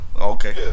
Okay